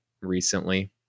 recently